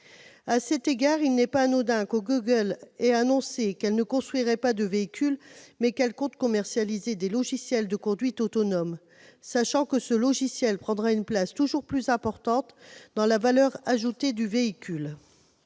À cet égard, il n'est pas anodin que Google ait annoncé qu'il ne construirait pas de véhicule, mais compte commercialiser des logiciels de conduite autonome, sachant que ces logiciels prendront une place toujours plus importante dans la valeur ajoutée du véhicule.